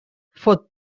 fot